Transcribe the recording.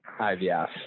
IVF